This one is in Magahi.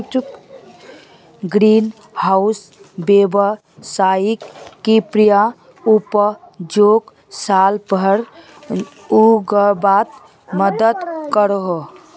ग्रीन हाउस वैवसायिक कृषि उपजोक साल भर उग्वात मदद करोह